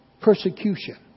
persecution